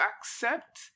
accept